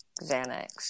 Xanax